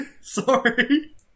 Sorry